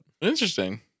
Interesting